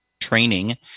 training